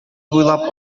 буйлап